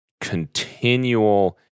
continual